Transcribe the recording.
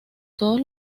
todos